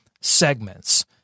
segments